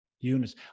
units